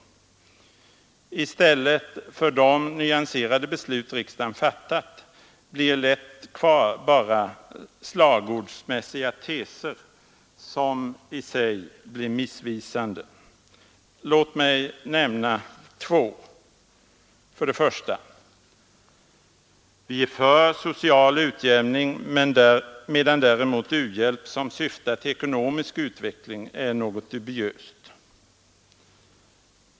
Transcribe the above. I stället för det nyanserade beslut som riksdagen fattade blir lätt kvar bara slagordsmässiga teser, som i sig blir missvisande. Låt mig nämna två. För det första: Vi är för social utjämning medan däremot u-hjälp som syftar till ekonomisk utveckling är något dubiöst.